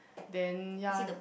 then ya